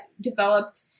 developed